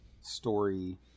story